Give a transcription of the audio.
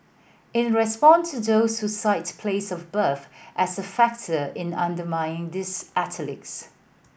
in response to those who cite place of birth as a factor in undermining these athletes